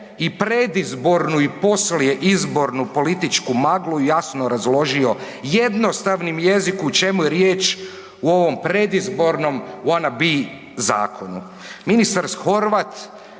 i predizbornu i poslijeizbornu političku magli, jasno razložio jednostavnim jezikom. U čemu je riječ u ovom predizbornom wanna be zakonu? Ministar Horvat